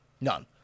None